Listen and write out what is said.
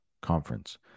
conference